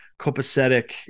copacetic